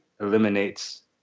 eliminates